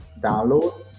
download